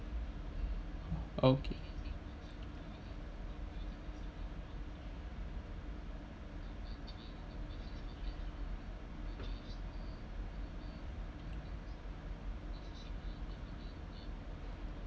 okay